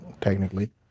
technically